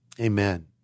Amen